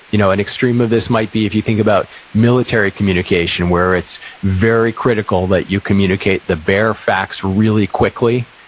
you know an extreme of this might be, if you think about military communication, where it's very critical that you communicate the bare facts really quickly,